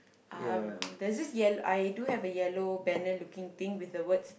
um there's this yellow I do have a yellow banner looking thing with the words